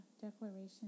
declaration